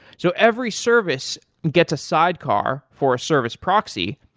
so every service gets a sidecar for a service proxy,